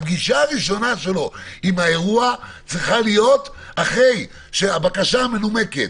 הפגישה הראשונה שלו עם האירוע צריכה להיות אחרי שהבקשה המנומקת,